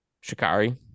Shikari